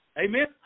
Amen